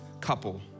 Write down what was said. couple